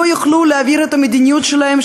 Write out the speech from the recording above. לא יוכלו להעביר את המדיניות שלהם,